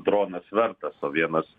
dronas vertas o vienas